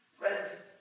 Friends